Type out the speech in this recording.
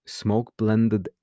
smoke-blended